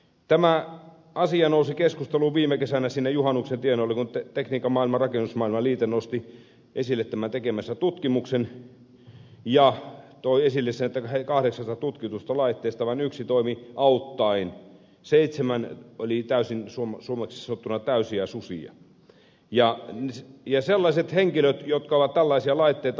tämä asia nousi keskusteluun viime kesänä siinä juhannuksen tienoilla kun tekniikan maailman rakennusmaailma liite nosti esille tämän tekemänsä tutkimuksen ja toi esille sen että kahdeksasta tutkitusta laitteesta vain yksi toimi auttavasti seitsemän oli suomeksi sanottuna täysiä susia jahdin ja sellaiset henkilöt jotka ovat tällaisia laitteita